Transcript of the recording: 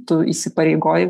tu įsipareigoji